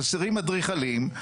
חסרים אדריכלים.